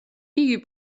იგი